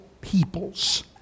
peoples